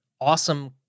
awesome